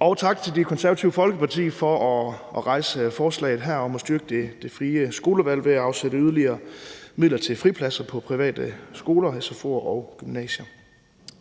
Jeg vil også sige tak til Det Konservative Folkeparti for at fremsætte forslaget her om at styrke det frie skolevalg ved at afsætte yderligere midler til fripladser på private skoler, i private